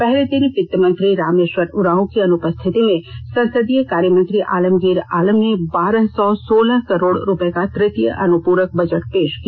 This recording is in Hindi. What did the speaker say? पहले दिन वित्त मंत्री रामेष्वर उरांव की अनुपस्थिति में संसदीय कार्य मंत्री आलमगीर आलम ने बारह सौ सोलह करोड़ रूपये का तृतीय अनुपूरक बजट पेष किया